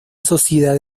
sociedad